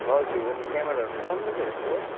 हजुर अनि क्यामराहरू पनि राम्रो छ यसको